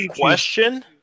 question